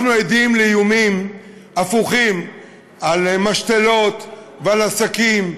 אנחנו עדים לאיומים הפוכים על משתלות ועל עסקים,